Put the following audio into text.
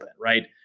right